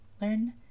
learn